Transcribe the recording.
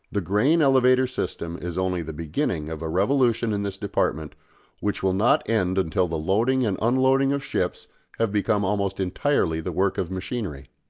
the grain-elevator system is only the beginning of a revolution in this department which will not end until the loading and unloading of ships have become almost entirely the work of machinery.